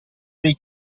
dei